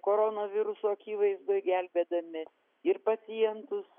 koronaviruso akivaizdoj gelbėdami ir pacientus